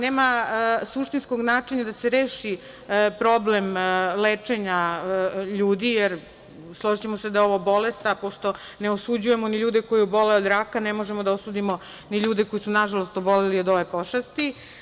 Nema suštinskog načina da se reši problem lečenja ljudi, jer, složićemo se da je ovo bolest, a pošto ne osuđujemo ni ljude koji obole od raka, ne možemo da osudimo ni ljude koji su, nažalost oboleli od ove pošasti.